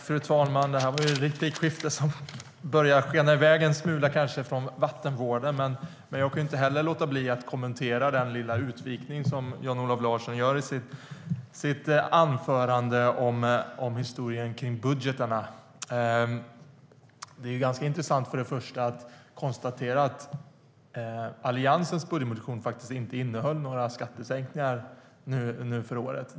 Fru talman! Detta var ett replikskifte som skenade iväg en smula från vattenvården. Men jag kan inte heller låta bli att kommentera den lilla utvikning som Jan-Olof Larsson gör i sitt anförande om historien kring budgetarna. Det är ganska intressant att konstatera att Alliansens budgetmotion faktiskt inte innehöll några skattesänkningar för året.